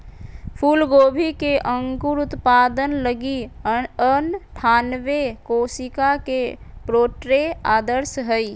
फूलगोभी के अंकुर उत्पादन लगी अनठानबे कोशिका के प्रोट्रे आदर्श हइ